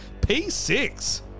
P6